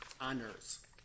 Honors